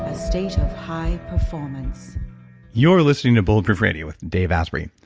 a state of high performance you're listening to bulletproof radio with dave asprey.